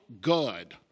good